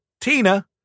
Tina